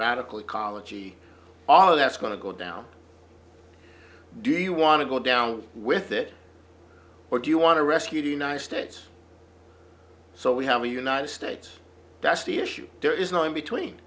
radical ecology all of that's going to go down do you want to go down with it or do you want to rescue the united states so we have a united states that's the issue there is no in between